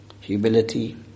humility